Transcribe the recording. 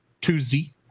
Tuesday